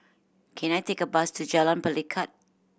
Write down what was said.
can I take a bus to Jalan Pelikat